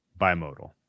bimodal